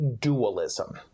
dualism